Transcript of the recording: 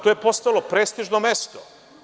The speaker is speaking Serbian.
To je postalo prestižno mesto.